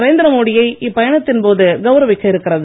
நரேந்திரமோடியை இப்பயணத்தின் போது கவுரிவிக்க இருக்கிறது